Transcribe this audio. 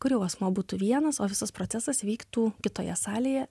kur jau asmuo būtų vienas o visas procesas vyktų kitoje salėje